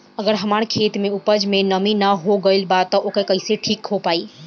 अगर हमार खेत में उपज में नमी न हो गइल बा त कइसे ठीक हो पाई?